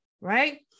right